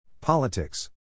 Politics